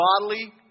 bodily